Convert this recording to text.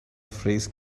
phrase